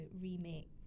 remake